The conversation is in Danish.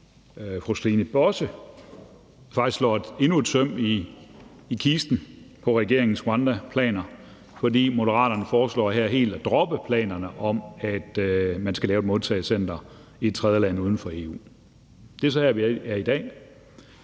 fru Stine Bosse, faktisk slår endnu et søm i kisten på regeringens rwandaplaner, fordi Moderaterne her foreslår helt at droppe planerne om, at man skal lave et modtagecenter i et tredjeland uden for EU. Det er så her, vi er i dag.